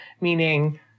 meaning